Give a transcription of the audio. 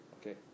okay